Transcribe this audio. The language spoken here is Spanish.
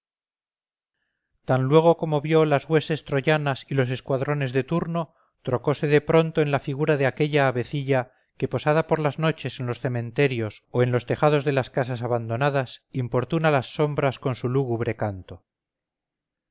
luego como vio que las huestes troyanas y los escuadrones de turno trocose de pronto en la figura de aquella avecilla que posada por las noches en los cementerios o en los tejados de las casas abandonadas importuna las sombras con su lúgubre canto